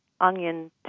onion